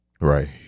Right